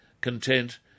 content